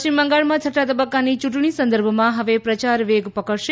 પશ્ચિમ બંગાળમાં છઠ્ઠા તબક્કાની યુંટણી સંદર્ભમાં હવે પ્રયાર વેગ પકડશે